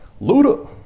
Luda